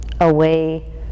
away